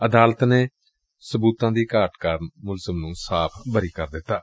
ਅਦਾਲਤ ਨੇ ਸਬੁਤਾਂ ਦੀ ਘਾਟ ਕਾਰਨ ਮੁਲਜ਼ਮ ਨੁੰ ਸਾਫ਼ ਬਰੀ ਕਰ ਦਿੱਤੈ